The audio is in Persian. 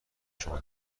شما